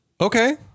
Okay